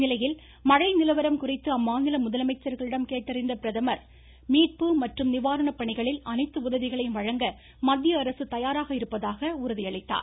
இந்நிலையில் மழை நிலவரம் குறித்து அம்மாநில முதலமைச்சர்களிடம் கேட்டறிந்த பிரதமர் திரு நரேந்திரமோடி மீட்பு மற்றும் நிவாரண பணிகளில் அனைத்து உதவிகளையும் வழங்க மத்தியஅரசு தயாராக இருப்பதாக அப்போது உறுதியளித்தார்